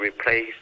replace